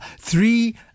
three